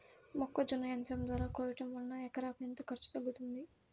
మొక్కజొన్న యంత్రం ద్వారా కోయటం వలన ఎకరాకు ఎంత ఖర్చు తగ్గుతుంది?